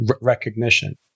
recognition